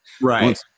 Right